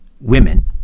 women